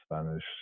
Spanish